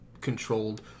controlled